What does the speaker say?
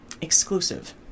exclusive